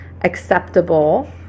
acceptable